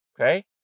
Okay